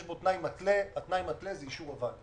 יש בו תנאי מתלה שהוא אישור הוועדה.